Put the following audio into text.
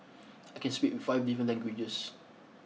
I can speak five different languages